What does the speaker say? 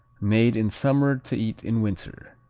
made in summer to eat in winter.